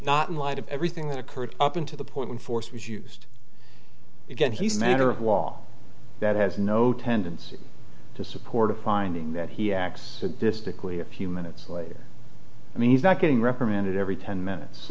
not in light of everything that occurred up in to the point when force was used again he's a matter of law that has no tendency to support a finding that he acts distinctly a few minutes later i mean he's not getting reprimanded every ten minutes